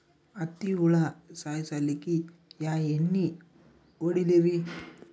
ಹತ್ತಿ ಹುಳ ಸಾಯ್ಸಲ್ಲಿಕ್ಕಿ ಯಾ ಎಣ್ಣಿ ಹೊಡಿಲಿರಿ?